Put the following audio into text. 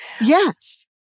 Yes